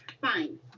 Fine